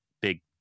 big